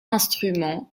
instrument